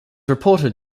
reported